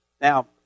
Now